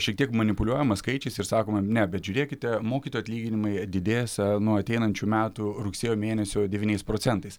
šiek tiek manipuliuojama skaičiais ir sakoma ne bet žiūrėkite mokytojų atlyginimai didės nuo ateinančių metų rugsėjo mėnesio devyniais procentais